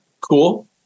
Cool